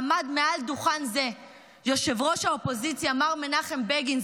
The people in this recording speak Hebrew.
עמד מעל דוכן זה ראש האופוזיציה מר מנחם בגין,